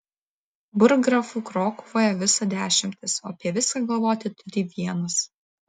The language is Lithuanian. burggrafų krokuvoje visa dešimtis o apie viską galvoti turi vienas